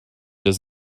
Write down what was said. does